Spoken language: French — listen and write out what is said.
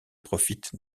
profite